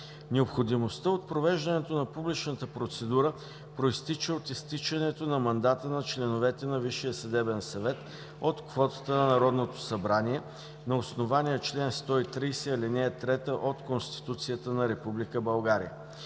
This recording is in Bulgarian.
Необходимостта от провеждането на публичната процедура произтича от изтичането на мандата на членовете на Висшия съдебен съвет от квотата на Народното събрание, на основание чл. 130, ал. 3 от Конституцията на